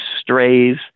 strays